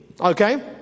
Okay